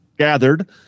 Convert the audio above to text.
gathered